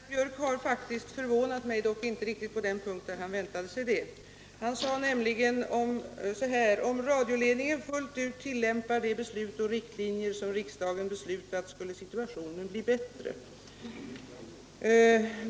Herr talman! Herr Björk i Göteborg har faktiskt förvånat mig, dock inte riktigt på den punkt där han väntade sig det. Han sade nämligen, att om radioledningen fullt ut tillämpade de riktlinjer som riksdagen beslutat skulle situationen bli bättre.